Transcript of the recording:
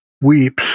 weeps